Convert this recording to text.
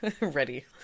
ready